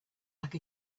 like